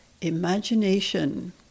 Imagination